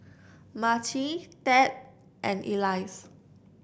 Marci Ted and Elias